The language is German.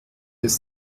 des